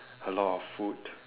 a lot of food